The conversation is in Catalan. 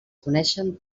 coneixen